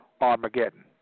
Armageddon